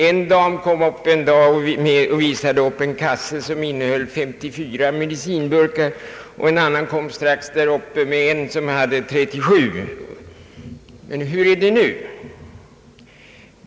En dag kom en dam upp och visade en kasse som innehöll 54 medicinburkar. En annan kom strax därefter med en som innehöll 37 burkar. Men hur är det nu?